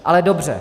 Ale dobře.